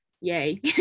yay